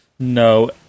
No